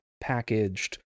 packaged